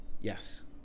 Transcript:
Yes